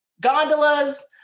gondolas